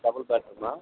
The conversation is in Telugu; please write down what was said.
డబల్ బెడ్రూమా